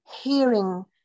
hearing